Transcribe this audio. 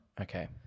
Okay